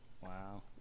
Wow